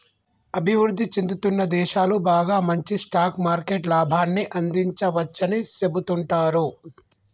అభివృద్ధి చెందుతున్న దేశాలు బాగా మంచి స్టాక్ మార్కెట్ లాభాన్ని అందించవచ్చని సెబుతుంటారు